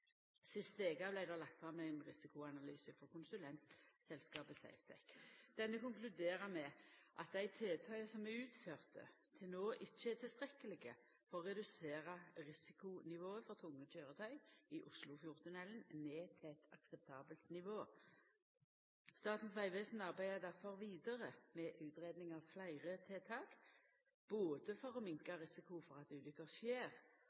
Sist veke vart det lagt fram ein risikoanalyse frå konsulentselskapet Safetec. Denne konkluderer med at dei tiltaka som er utførte til no, ikkje er tilstrekkelege for å redusera risikonivået for tunge køyretøy i Oslofjordtunnelen ned til eit akseptabelt nivå. Statens vegvesen arbeider difor vidare med utgreiing av fleire tiltak, både for å minka risikoen for at ulukker skjer,